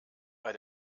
bei